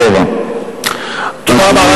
527,000. תודה רבה.